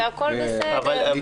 הכול בסדר.